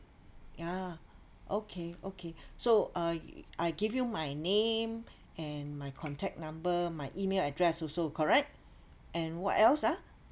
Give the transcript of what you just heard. ah okay okay so uh I give you my name and my contact number my email address also correct and what else ah